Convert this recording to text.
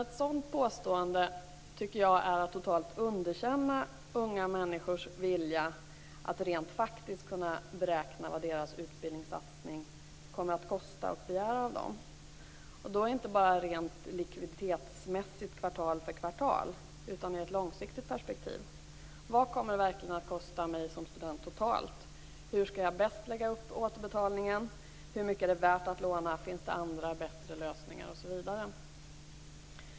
Ett sådant påstående är att totalt underkänna unga människors vilja att rent faktiskt kunna beräkna vad deras utbildningssatsning kommer att kosta och kräva av dem, och då inte bara rent likviditetsmässigt kvartal för kvartal utan i ett långsiktigt perspektiv. Vad kommer det verkligen att kosta mig som student totalt? Hur skall jag bäst lägga upp återbetalning? Hur mycket är det värt att låna? Finns det andra och bättre lösningar osv.?